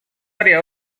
área